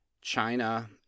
China